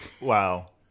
Wow